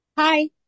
hi